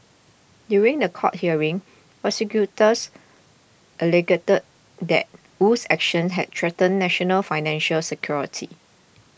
during the court hearing prosecutors that Wu's actions had threatened national financial security